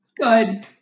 Good